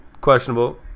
questionable